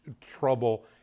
trouble